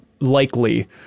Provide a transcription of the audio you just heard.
likely